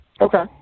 Okay